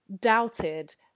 doubted